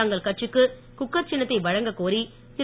தங்கள் கட்சிக்கு குக்கர் சின்னத்தை வழங்கக்கோரி திரு